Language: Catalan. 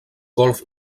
golf